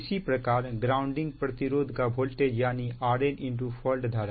इसी प्रकार ग्राउंडिंग प्रतिरोध का वोल्टेज यानी Rn फॉल्ट धारा